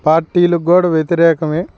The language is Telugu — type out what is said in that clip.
పార్టీలకి కూడా వ్యతిరేకమే